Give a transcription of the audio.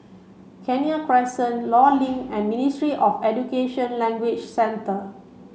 Kenya Crescent Law Link and Ministry of Education Language Centre